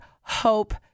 hope